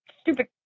stupid